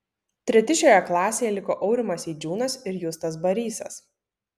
treti šioje klasėje liko aurimas eidžiūnas ir justas barysas